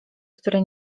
który